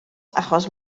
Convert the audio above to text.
achos